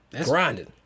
grinding